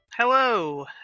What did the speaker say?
Hello